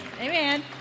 Amen